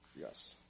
yes